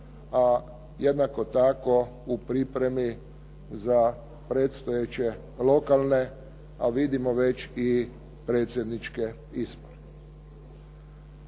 a jednako tako u pripremi za predstojeće lokalne a vidimo već i predsjedničke izbore.